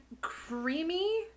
creamy